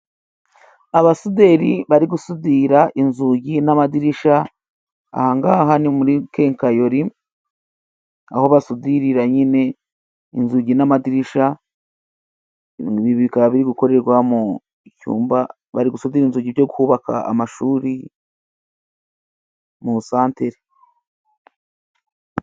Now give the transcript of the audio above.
Abasuderi bari gusudira inzugi n'amadirishya, aha ngaha ni muri kenkayori, aho basudirira nyine inzugi n'amadirishya, ibi bikaba biri gukorerwa mu cyumba, bari gusudira inzugi byo kubaka amashuri mu santere.